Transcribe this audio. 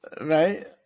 right